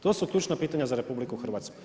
To su ključna pitanja za RH.